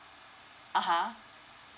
(uh huh)